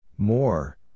More